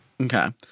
Okay